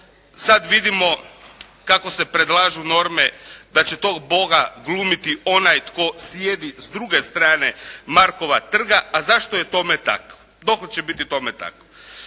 Sad vidimo kako se predlažu norme, da će tog Boga glumiti onaj tko sjedi s druge strane Markova trga. A zašto je tome tako? Dokle će biti tome tako?